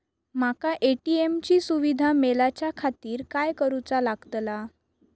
माका ए.टी.एम ची सुविधा मेलाच्याखातिर काय करूचा लागतला?